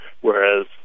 whereas